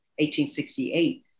1868